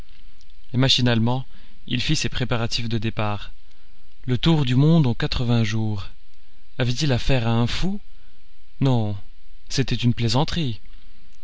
et machinalement il fit ses préparatifs de départ le tour du monde en quatre-vingts jours avait-il affaire à un fou non c'était une plaisanterie